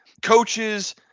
coaches